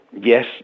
yes